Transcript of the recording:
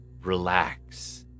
relax